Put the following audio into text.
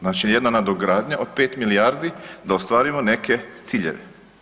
Znači jedna nadogradnja od 5 milijardi da ostvarimo neke ciljeve.